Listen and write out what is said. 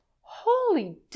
Holy